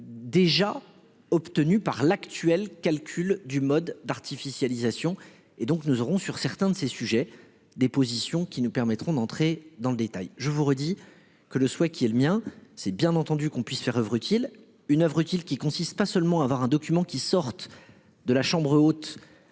déjà obtenu par l'actuel calcul du mode d'artificialisation et donc nous aurons sur certains de ces sujets des positions qui nous permettront d'entrer dans le détail, je vous redis que le souhait qui est le mien, c'est bien entendu qu'on puisse faire oeuvre utile une oeuvre utile, qui consiste, pas seulement avoir un document qui sortent de la chambre haute